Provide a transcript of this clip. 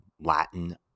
Latin